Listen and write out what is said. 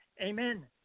Amen